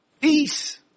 peace